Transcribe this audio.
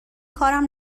کارم